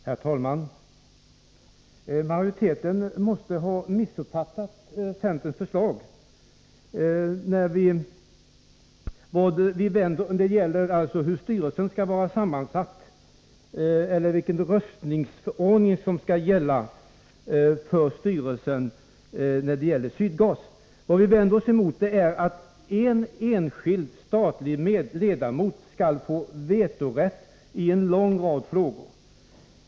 Herr talman! Majoriteten måste ha missuppfattat centerns förslag när det gäller hur styrelsen i Sydgas skall vara sammansatt och vilka omröstningsregler som skall gälla. Vad vi vänder oss emot är att en enskild statlig ledamot skall få vetorätt i en lång rad frågor.